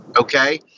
Okay